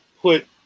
put